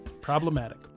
problematic